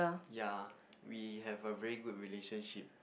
ya we have a very good relationship